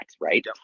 right